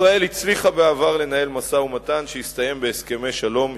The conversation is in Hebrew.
ישראל הצליחה בעבר לנהל משא-ומתן שהסתיים בהסכמי שלום היסטוריים.